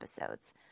episodes